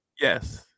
Yes